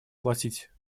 платить